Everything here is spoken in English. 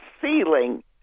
ceiling